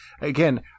again